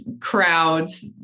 crowds